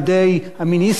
העולם שומע.